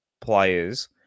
players